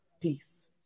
peace